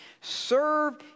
Serve